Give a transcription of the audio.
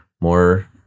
more